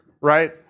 right